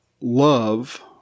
love